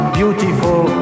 beautiful